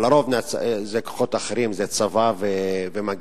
אבל לרוב אלה כוחות אחרים, צבא ומג"ב,